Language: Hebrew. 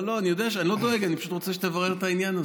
אני לא דואג, אני פשוט רוצה שתברר את העניין הזה.